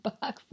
back